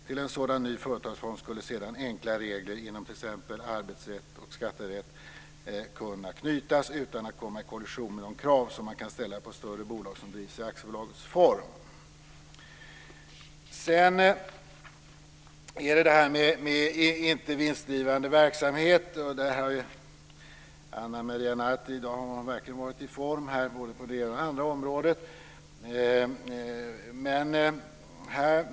Till en sådan ny företagsform skulle sedan enkla regler inom t.ex. arbetsrätt och skatterätt kunna knytas utan att komma i kollision med de krav som man kan ställa på större bolag som drivs i aktiebolagets form. Det gäller också detta med icke vinstdrivande verksamhet, och där har Ana Maria Narti verkligen varit i form här i dag - på både det ena och det andra området.